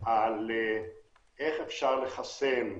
מאוד על איך אפשר לחסן,